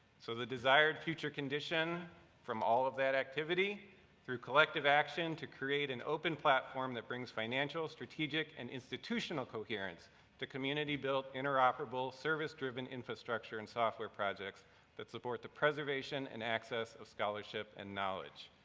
so the desired future condition from all of that activity through collective action, to create an open platform that brings financial, strategic, and institutional coherence to community-built, interoperable, service-driven infrastructure and software projects that support the preservation and access of scholarship and knowledge.